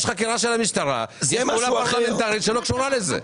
יש חקירה של המשטרה ויש פעולה פרלמנטרית שלא קשורה לזה.